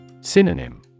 Synonym